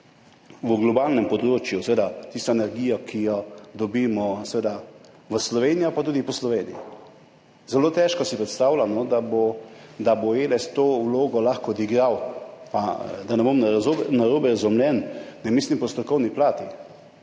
v globalnem seveda tisto energijo, ki jo dobimo v Slovenijo pa tudi po Sloveniji. Zelo težko si predstavljam, da bo Eles to vlogo lahko odigral. Da ne bom narobe razumljen, ne mislim po strokovni plati,